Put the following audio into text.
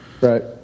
right